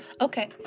Okay